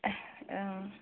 ए